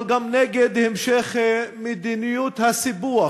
אבל גם נגד המשך מדיניות הסיפוח